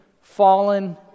fallen